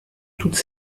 toutes